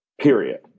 period